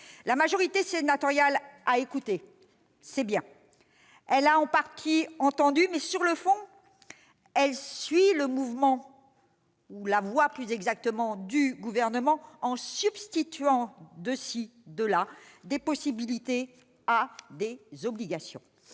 La majorité sénatoriale a écouté ; c'est bien. Elle a en partie entendu. Mais, sur le fond, elle suit la voie du Gouvernement, en substituant de-ci de-là des possibilités à des obligations.